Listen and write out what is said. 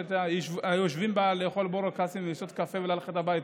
את היושבים בה לאכול בורקסים ולשתות קפה וללכת הביתה.